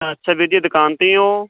ਅੱਛਾ ਵੀਰ ਜੀ ਦੁਕਾਨ 'ਤੇ ਹੀ ਹੋ